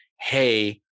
hey